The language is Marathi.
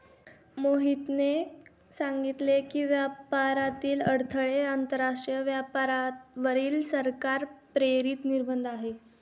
मोहितने सांगितले की, व्यापारातील अडथळे हे आंतरराष्ट्रीय व्यापारावरील सरकार प्रेरित निर्बंध आहेत